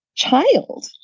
Child